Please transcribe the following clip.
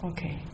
Okay